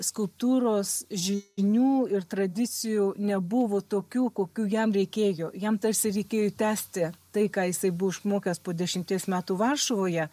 skulptūros žinių ir tradicijų nebuvo tokių kokių jam reikėjo jam tarsi reikėjo tęsti tai ką jisai buvo išmokęs po dešimties metų varšuvoje